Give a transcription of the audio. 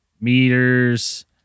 meters